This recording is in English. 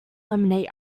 laminate